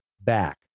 back